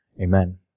Amen